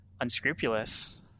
unscrupulous